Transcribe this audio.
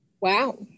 Wow